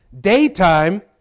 Daytime